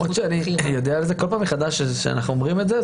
למרות שאני יודע את זה כל פעם מחדש כשאנחנו אומרים את זה,